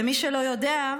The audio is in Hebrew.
למי שלא יודע,